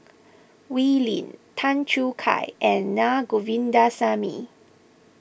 Wee Lin Tan Choo Kai and Naa Govindasamy